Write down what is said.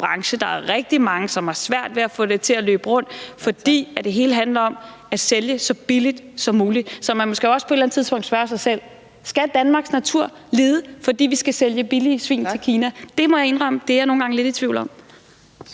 Der er rigtig mange, som har svært ved at få det til at løbe rundt, fordi det hele handler om at sælge så billigt som muligt. Så man må måske også på et eller andet tidspunkt spørge sig selv: Skal Danmarks natur lide, fordi vi skal sælge billige svin til Kina? Det må jeg indrømme at jeg nogle gange er lidt i tvivl om.